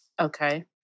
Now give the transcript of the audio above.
Okay